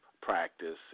practice